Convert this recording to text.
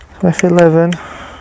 F11